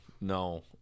no